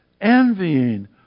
envying